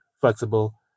flexible